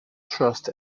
trust